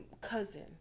cousin